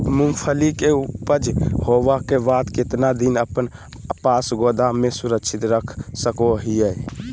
मूंगफली के ऊपज होला के बाद कितना दिन अपना पास गोदाम में सुरक्षित रख सको हीयय?